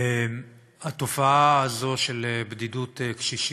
התופעה הזאת של בדידות קשישים,